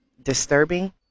disturbing